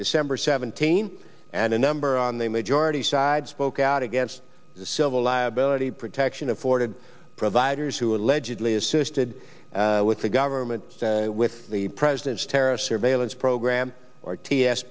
december seventeenth and a number on the majority side spoke out against the civil liability protection afforded providers who allegedly assisted with the government with the president's terrorist surveillance program or t s